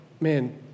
man